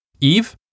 Eve